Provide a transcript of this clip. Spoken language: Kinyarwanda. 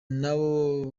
nabo